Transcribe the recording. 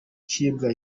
acibwa